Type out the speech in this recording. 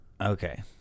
okay